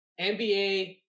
NBA